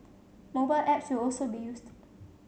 mobile apps will also be used